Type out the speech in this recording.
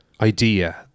Idea